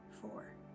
four